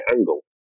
angle